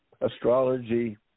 astrology